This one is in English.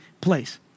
place